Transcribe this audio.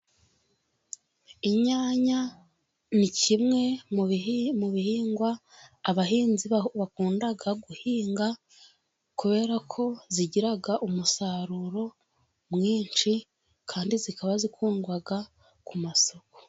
Inyanya ni kimwe mu bihingwa, abahinzi bakunda guhinga kubera ko zigira umusaruro mwinshi, kandi zikaba zikundwa ku masoko.